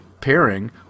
pairing